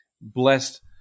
blessed